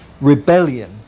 rebellion